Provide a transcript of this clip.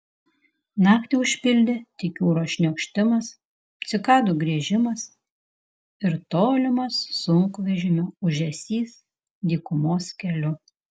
naktį užpildė tik jūros šniokštimas cikadų griežimas ir tolimas sunkvežimio ūžesys dykumos keliu